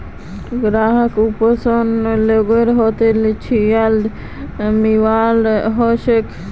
ग्राहकक पर्सनल लोनेर तहतत चालीस लाख टकार लोन मिलवा सके छै